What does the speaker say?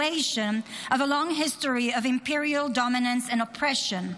of a long history of imperial dominance and oppression.